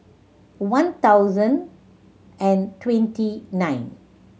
one thousand and twenty nine